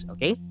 Okay